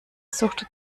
sucht